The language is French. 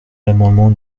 l’amendement